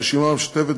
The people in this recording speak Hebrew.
הרשימה המשותפת,